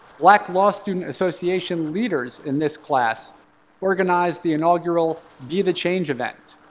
black law student association leaders in this class organized the inaugural be the change event,